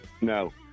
No